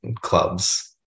clubs